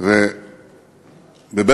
והגוף הזה,